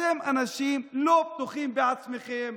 אתם אנשים שלא בטוחים בעצמכם,